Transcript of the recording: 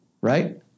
right